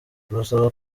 turasaba